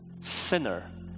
sinner